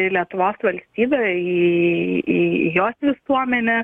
į lietuvos valstybę į į jos visuomenę